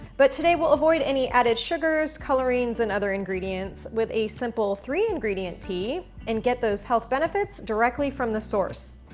but today we'll avoid any added sugars, colorings and other ingredients with a simple three ingredient tea and get those health benefits directly from the source.